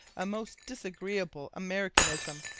a most disagreeable americanism,